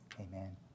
amen